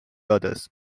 others